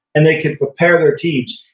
and they can prepare their teams,